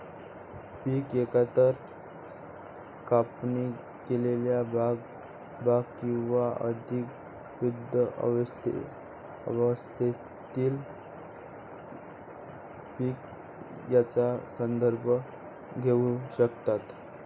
पिके एकतर कापणी केलेले भाग किंवा अधिक शुद्ध अवस्थेतील पीक यांचा संदर्भ घेऊ शकतात